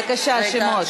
בבקשה, שמות.